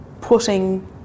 putting